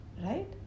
right